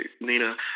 Nina